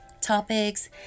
topics